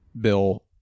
Bill